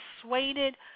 persuaded